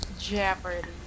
Jeopardy